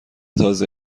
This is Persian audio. تازه